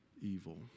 evil